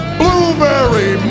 blueberry